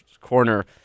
Corner